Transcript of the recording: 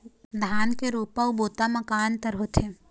धन के रोपा अऊ बोता म का अंतर होथे?